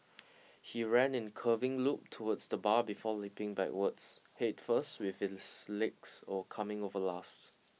he ran in curving loop towards the bar before leaping backwards head first with his legs coming over last